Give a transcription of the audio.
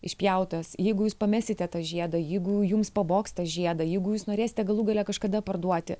išpjautas jeigu jūs pamesite tą žiedą jeigu jums pavogs tą žiedą jeigu jūs norėsite galų gale kažkada parduoti